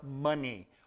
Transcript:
money